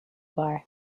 bar